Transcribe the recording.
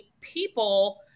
people